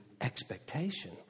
expectation